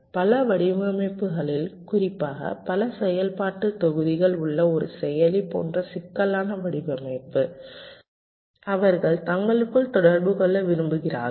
பல வடிவமைப்புகளில் குறிப்பாக பல செயல்பாட்டுத் தொகுதிகள் உள்ள ஒரு செயலி போன்ற சிக்கலான வடிவமைப்பு அவர்கள் தங்களுக்குள் தொடர்பு கொள்ள விரும்புகிறார்கள்